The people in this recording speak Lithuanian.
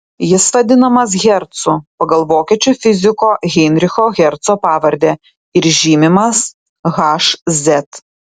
jis vadinamas hercu pagal vokiečių fiziko heinricho herco pavardę ir žymimas hz